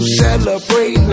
celebrate